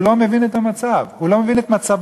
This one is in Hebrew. הוא לא מבין את המצב, הוא לא מבין את מצבו.